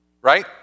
Right